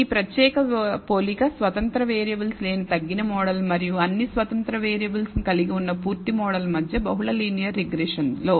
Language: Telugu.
ఈ ప్రత్యేక పోలిక స్వతంత్ర వేరియబుల్స్ లేని తగ్గిన మోడల్ మరియు అన్ని స్వతంత్ర వేరియబుల్స్ లను కలిగి ఉన్న పూర్తి మోడల్ మధ్య బహుళ లీనియర్ రిగ్రెషన్లో